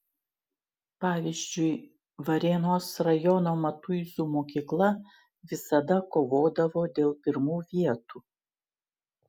pavyzdžiui varėnos rajono matuizų mokykla visada kovodavo dėl pirmų vietų